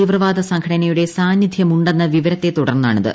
തീവ്രവാദ സംഘടനയുടെ സാന്നിധ്യമുണ്ടെന്ന വിവരത്തെ തുടർന്നാണിത്